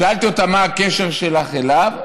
שאלתי אותה: מה הקשר שלך אליו?